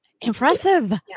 Impressive